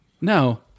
No